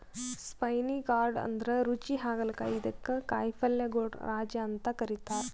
spiny gourd ಅಂದ್ರ ರುಚಿ ಹಾಗಲಕಾಯಿ ಇದಕ್ಕ್ ಕಾಯಿಪಲ್ಯಗೊಳ್ ರಾಜ ಅಂತ್ ಕರಿತಾರ್